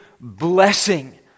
blessing